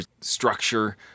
structure